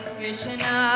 Krishna